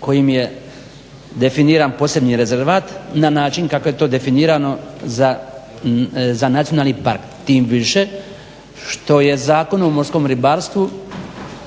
kojim je definiran posebni rezervat na način kako je to definirano za nacionalni park. Tim više što je Zakon o morskom ribarstvu